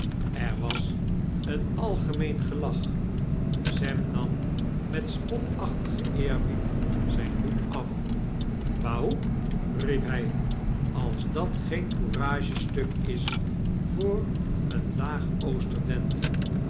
er was een algemeen gelach sem nam met spotachtigen eerbied zijn hoed af whaoep riep hy als dat geen couragestuk is voor een laag-ooster-d